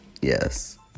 yes